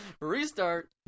restart